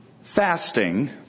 Fasting